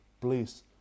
please